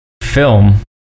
film